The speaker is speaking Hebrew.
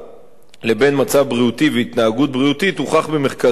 לבין מצב בריאותי והתנהגות בריאותית הוכח במחקרים רבים.